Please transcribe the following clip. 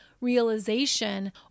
realization